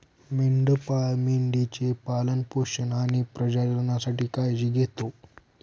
मेंढपाळ मेंढी चे पालन पोषण आणि प्रजननासाठी काळजी घेतो